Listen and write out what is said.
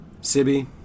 Sibby